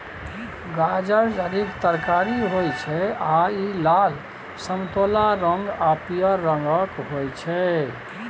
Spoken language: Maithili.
गाजर जड़िक तरकारी होइ छै आ इ लाल, समतोला रंग आ पीयर रंगक होइ छै